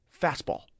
fastball